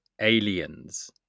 aliens